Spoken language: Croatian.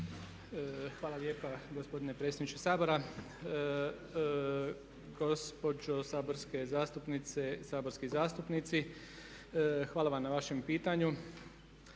Hvala lijepa gospodine predsjedniče Sabora. Gospođo saborske zastupnice, saborski zastupnici, hvala vam na vašem pitanju.